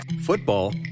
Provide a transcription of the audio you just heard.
football